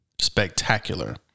spectacular